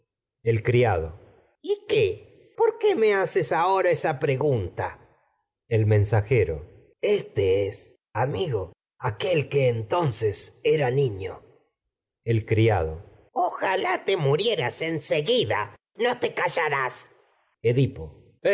el criado y qué por qué me haces ahora esa pregunta a mediados de septiembre edipo rey el mensajero este es amigo aquel que entonces era niño el criado ojalá te murieras en seguida no te callarás edipo